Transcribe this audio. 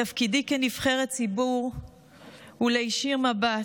תפקידי כנבחרת ציבור הוא להישיר מבט,